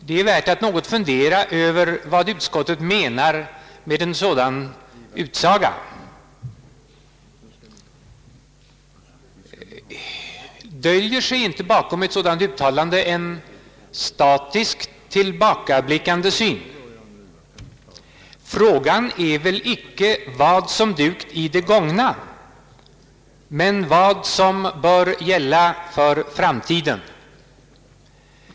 Man måste fundera något över vad utskottet menar med en sådan utsaga. Döljer sig inte bakom denna en statisk, tillbakablickande syn? Frågan är väl inte vad som dugt i gångna dagar utan vad som bör gälla för framtiden.